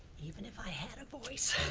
even if i had a voice,